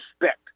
respect